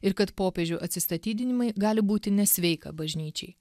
ir kad popiežių atsistatydinimai gali būti nesveika bažnyčiai